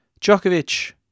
Djokovic